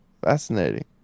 Fascinating